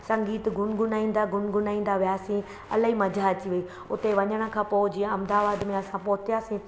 संगीत गुनगुनाईंदा गुनगुनाईंदा वियासीं इलाही मज़ा अची वई हुते वञण खां पोइ जीअं अहमदाबाद में असां पहुंतासीं